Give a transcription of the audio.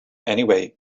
anyway